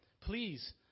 please